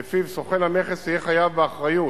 שלפיו סוכן המכס יהיה חייב באחריות